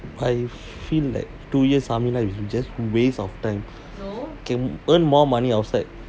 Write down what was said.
I feel like two years army life is just waste of time can earn more money outside